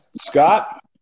Scott